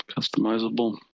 customizable